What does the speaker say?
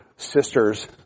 sisters